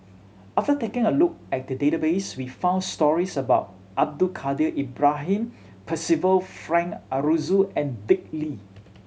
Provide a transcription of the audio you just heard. after taking a look at the database we found stories about Abdul Kadir Ibrahim Percival Frank Aroozoo and Dick Lee